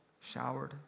showered